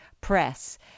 press